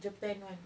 japan [one]